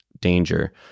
danger